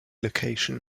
location